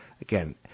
Again